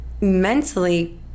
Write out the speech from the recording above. mentally